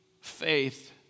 faith